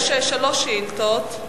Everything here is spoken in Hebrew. יש שלוש שאילתות,